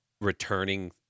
returning